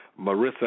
Marissa